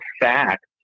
fact